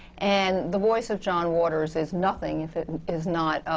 and the voice of john waters is nothing if it and is not